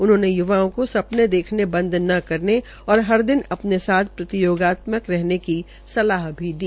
उन्होंने युवाओं को सपने देखने बंद न करने और हर दिन अपने साथ प्रतियोगित्यमक रहने की सलाह भी दी